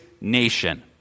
nation